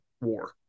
war